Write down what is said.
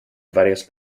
varias